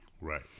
Right